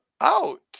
out